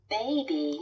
Baby